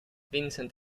vincent